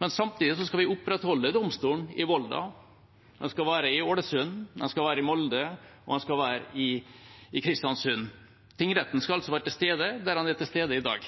men samtidig skal vi opprettholde domstolen i Volda, den skal være i Ålesund, den skal være i Molde, og den skal være i Kristiansund. Tingretten skal altså være til stede der den er til stede i dag.